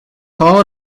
call